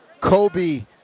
Kobe